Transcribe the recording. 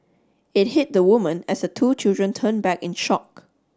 it hit the woman as the two children turned back in shock